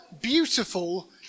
beautiful